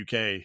UK